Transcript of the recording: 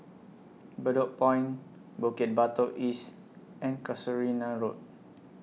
Bedok Point Bukit Batok East and Casuarina Road